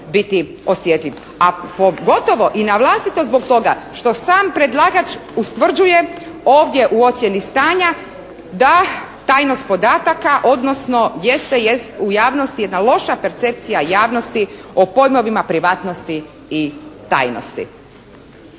pogotovo i na vlastito zbog toga što sam predlagač ustvrđuje ovdje u ocjeni stanja da tajnost podataka, odnosno …/Govornica se ne razumije./… u javnosti, jedna loša percepcija o pojmovima privatnosti i tajnosti.